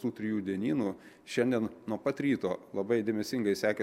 tų trijų dienynų šiandien nuo pat ryto labai dėmesingai sekė